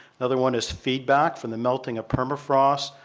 another one is feedback from the melting of permafrost,